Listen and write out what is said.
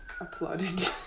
applauded